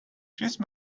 cheese